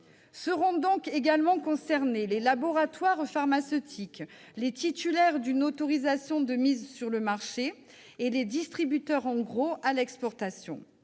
Seront donc également concernés les laboratoires pharmaceutiques, les titulaires d'une autorisation de mise sur le marché et les distributeurs en gros à l'exportation.